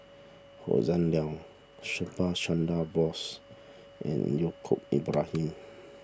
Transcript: Hossan Leong Subhas Chandra Bose and Yaacob Ibrahim